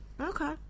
okay